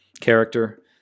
character